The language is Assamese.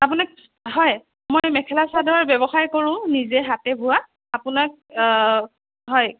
আপোনাক হয় মই মেখেলা চাদৰ ব্যৱসায় কৰোঁ নিজে হাতে বোৱা আপোনাক হয়